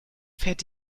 fährt